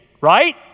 right